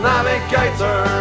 Navigator